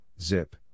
ZIP